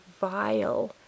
vile